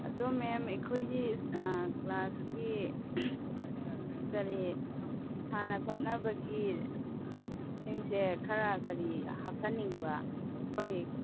ꯑꯗꯣ ꯃꯦꯝ ꯑꯩꯈꯣꯏꯒꯤ ꯀ꯭ꯂꯥꯁꯀꯤ ꯀꯔꯤ ꯁꯥꯟꯅ ꯈꯣꯠꯅꯕꯒꯤ ꯁꯤꯡꯁꯤ ꯈꯔ ꯀꯔꯤ ꯍꯥꯞꯍꯟꯅꯤꯡꯕ ꯑꯩꯈꯣꯏ